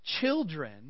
Children